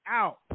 out